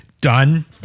Done